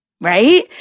right